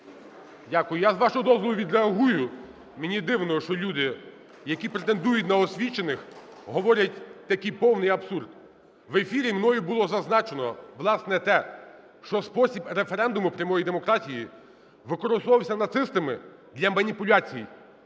Я, з вашого дозволу, відреагую. Мені дивно, що люди, які претендують на освічених, говорять такий повний абсурд. В ефірі мною було зазначено, власне, те, що спосіб референдуму прямої демократії використовувався нацистами для маніпуляцій.